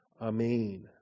Amen